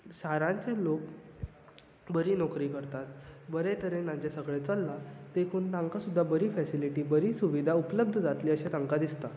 शारांचे लोक बरी नोकरी करतात बरें तरेन तांचें सगलें चल्लां देखून तांकां सुद्दां बरी फेसिलीटी बरी सुविधा उपलब्द जातली अशें तांकां दिसता